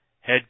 head